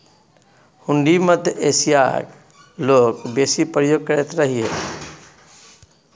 हुंडी मध्य एशियाक लोक बेसी प्रयोग करैत रहय